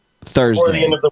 Thursday